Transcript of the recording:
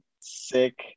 sick